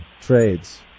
trades